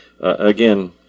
again